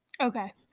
okay